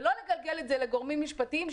ולא לגלגל את זה לגורמים משפטיים,